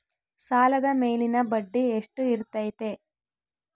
ಸಾಲದ ಮೇಲಿನ ಬಡ್ಡಿ ಎಷ್ಟು ಇರ್ತೈತೆ?